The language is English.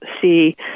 see